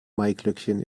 maiglöckchen